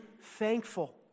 thankful